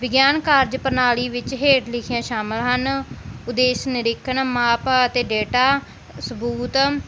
ਵਿਗਿਆਨ ਕਾਰਜ ਪ੍ਰਣਾਲੀ ਵਿੱਚ ਹੇਠ ਲਿਖੀਆਂ ਸ਼ਾਮਿਲ ਹਨ ਉਦੇਸ਼ ਨਿਰੀਖਣ ਮਾਪ ਅਤੇ ਡੇਟਾ ਸਬੂਤ